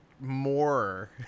more